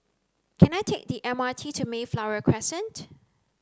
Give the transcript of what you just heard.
can I take the M R T to Mayflower Crescent